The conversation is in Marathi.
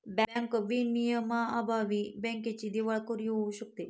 बँक विनियमांअभावी बँकेची दिवाळखोरी होऊ शकते